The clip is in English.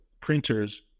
printers